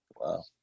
wow